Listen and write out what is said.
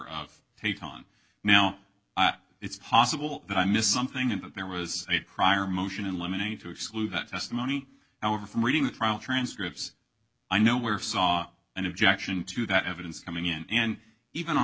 of take on now it's possible that i missed something and that there was a prior motion in limine to exclude that testimony however from reading the trial transcripts i know where saw an objection to that evidence coming in and even on